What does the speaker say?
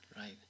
right